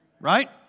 Right